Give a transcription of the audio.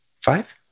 five